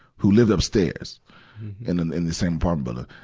who lived upstairs in and the, in the same um but